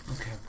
Okay